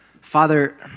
Father